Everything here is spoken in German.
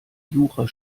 jura